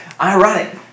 ironic